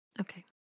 Okay